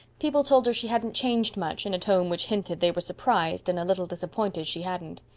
people told her she hadn't changed much, in a tone which hinted they were surprised and a little disappointed she hadn't.